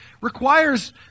requires